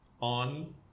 On